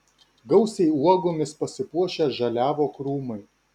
gausiai uogomis pasipuošę žaliavo krūmai